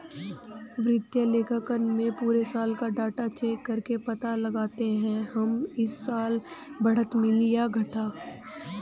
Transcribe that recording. वित्तीय लेखांकन में पुरे साल का डाटा चेक करके पता लगाते है हमे इस साल बढ़त मिली है या घाटा